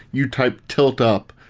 you type tilt up,